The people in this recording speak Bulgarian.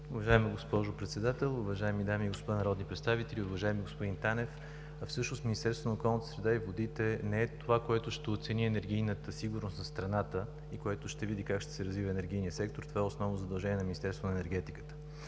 Уважаема госпожо Председател, уважаеми дами и господа народни представители, уважаеми господин Танев! Всъщност Министерството на околната среда и водите не е това, което ще оцени енергийната сигурност на страната и което ще види как ще се развива енергийният сектор, това е основно задължение на Министерството на енергетиката.